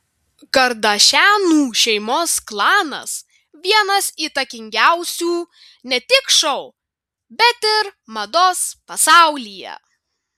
kardašianų šeimos klanas vienas įtakingiausių ne tik šou bet ir mados pasaulyje